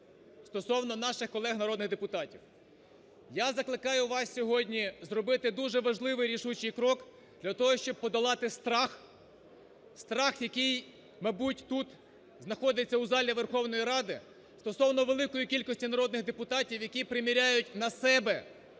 стосовно наших колег народних депутатів. Я закликаю вас сьогодні зробити дуже важливий рішучий крок для того, щоб подолати страх. Страх, який, мабуть, тут знаходиться у залі Верховної Ради стосовно великої кількості народних депутатів, які приміряють на себе